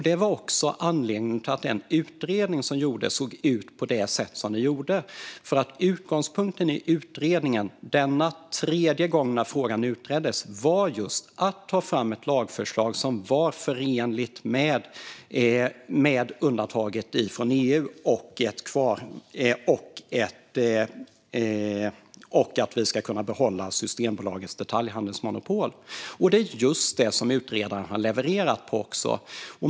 Det var också anledningen till att utredningen såg ut som den gjorde. Utgångspunkten denna tredje gång som frågan utreddes var att ta fram ett lagförslag som är förenligt med undantaget från EU och som innebär att vi kan behålla Systembolagets detaljhandelsmonopol. Och detta är just vad utredaren har levererat på.